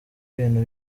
ibintu